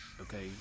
okay